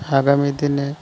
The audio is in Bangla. আগামী দিনে